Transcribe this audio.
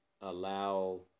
allow